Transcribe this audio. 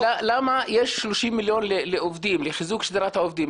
למה יש 30 מיליון לחיזוק שדרת העובדים?